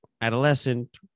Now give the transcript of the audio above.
adolescent